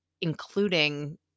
including